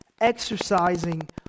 Exercising